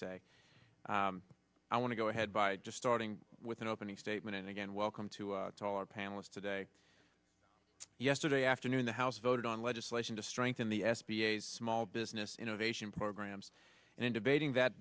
say i want to go ahead by just starting with an opening statement and again welcome to all our panelists today yesterday afternoon the house voted on legislation to strengthen the s b a small business innovation programs and in debating that